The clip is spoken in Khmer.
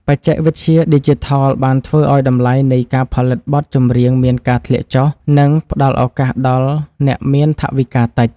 បច្ចេកវិទ្យាឌីជីថលបានធ្វើឱ្យតម្លៃនៃការផលិតបទចម្រៀងមានការធ្លាក់ចុះ និង ផ្ដល់ឱកាសដល់អ្នកមានថវិកាតិច។